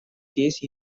case